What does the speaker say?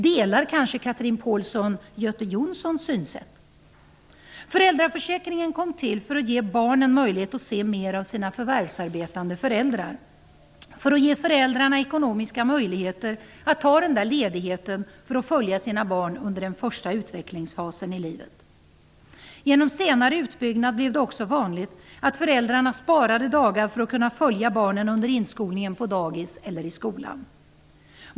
Delar kanske Chatrine Pålsson Göte Jonssons synsätt? Föräldraförsäkringen kom till för att ge barnen möjlighet att se mer av sina förvärvsarbetande föräldrar, för att ge föräldrarna ekonomiska möjligheter att ta den där ledigheten för att följa sina barn under den första utvecklingsfasen i livet. Genom senare utbyggnad blev det också vanligt att föräldrarna sparade dagar för att kunna följa barnen under inskolningen på dagis eller i skolan.